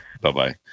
Bye-bye